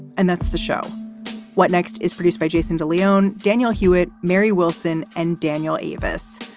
and that's the show what next? is produced by jason de leon, daniel hewitt, mary wilson and daniel eavis.